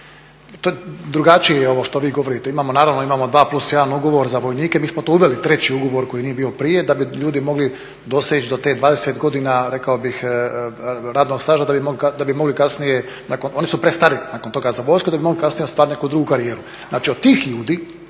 drugačije je ovo što vi govorite. Imamo naravno imamo 2+1 ugovor za vojnike, mi smo to uveli treći ugovor koji nije bio prije da bi ljudi mogli doseći do te 20 godina rekao bih radnog staža da bi mogli kasnije, oni su prestari nakon toga za vojsku, da bi mogli kasnije ostvarit neku drugu karijeru. Znači od tih ljudi